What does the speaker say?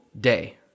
day